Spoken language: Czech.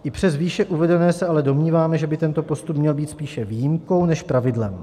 I přes výše uvedené se ale domníváme, že by tento postup měl být spíše výjimkou než pravidlem.